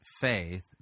faith